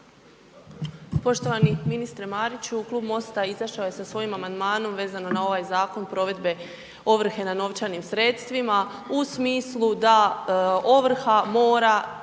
Poštovani ministre Mariću. Klub MOST-a izašao je sa svojim amandmanom vezano na ovaj Zakon provedbe ovrhe na novčanim sredstvima u smislu da ovrha mora